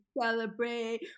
celebrate